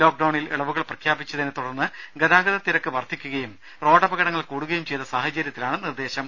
lock ഡൌണിൽ ഇളവുകൾ പ്രഖ്യാപിച്ചതിനെത്തുടർന്ന് ഗതാഗതത്തിരക്ക് വർധിക്കുകയും റോഡപകടങ്ങൾ കൂടുകയും ചെയ്ത സാഹചര്യത്തിലാണ് നിർദ്ദേശം